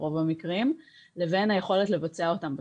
ברוב המקרים לבין היכולת לבצע אותם בשטח.